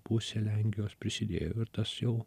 pusę lenkijos prisidėjo ir tas jau